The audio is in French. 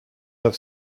neuf